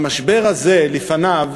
במשבר הזה, לפניו,